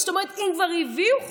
אם כבר הביאו חוק,